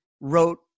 wrote